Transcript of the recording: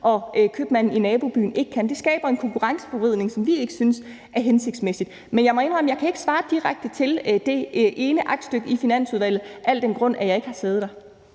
købmanden i nabobyen ikke kan. Det skaber en konkurrenceforvridning, som vi ikke synes er hensigtsmæssig. Men jeg må indrømme, at jeg ikke kan svare direkte i forhold til det ene aktstykke i Finansudvalget af den grund, at jeg ikke har siddet der.